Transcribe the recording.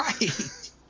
Right